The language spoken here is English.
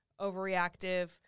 overreactive